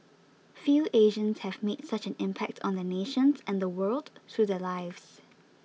few Asians have made such an impact on their nations and the world through their lives